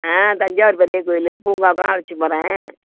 ஆ தஞ்சாவூர் பெரிய கோயில் பூங்காக்கெலாம் அழைச்சினு போகிறேன்